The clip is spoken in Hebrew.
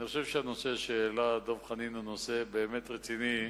אני חושב שהנושא שהעלה חבר הכנסת דב חנין הוא נושא באמת רציני,